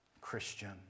Christian